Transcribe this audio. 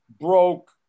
broke